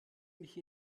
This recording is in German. mich